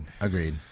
Agreed